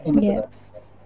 Yes